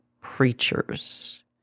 preachers